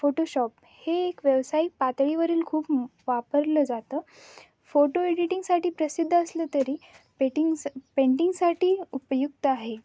Photoshop हे एक व्यावसायिक पातळीवरील खूप वापरलं जातं फोटो एडिटिंगसाठी प्रसिद्ध असलं तरी पेटिंग्स पेंटिंगसाठी उपयुक्त आहे